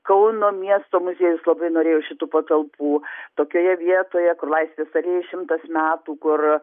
kauno miesto muziejus labai norėjo šitų patalpų tokioje vietoje kur laisvės alėjai šimtas metų kur